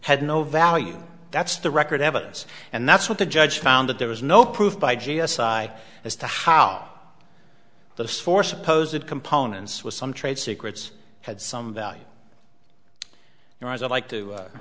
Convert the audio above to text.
had no value that's the record evidence and that's what the judge found that there was no proof by g s side as to how those four supposed components with some trade secrets had some value in your eyes i'd like to